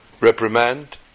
reprimand